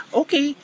okay